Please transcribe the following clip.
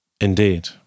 Indeed